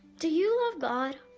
do you love god?